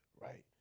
right